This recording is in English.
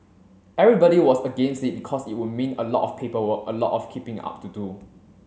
everybody was against it because it would mean a lot of paperwork a lot of keeping up to do